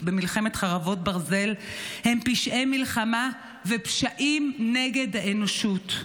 במלחמת חרבות ברזל הם פשעי מלחמה ופשעים נגד האנושות.